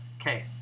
Okay